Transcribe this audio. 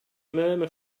murmur